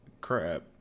crap